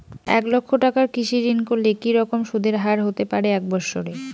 এক লক্ষ টাকার কৃষি ঋণ করলে কি রকম সুদের হারহতে পারে এক বৎসরে?